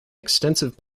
extensive